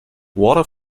water